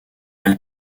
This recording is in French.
elle